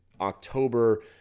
October